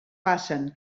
passen